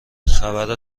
خبر